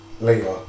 later